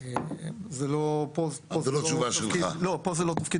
אבל בלי לתת לה כסף ותקציבים שנצרכים להעמיד לטובת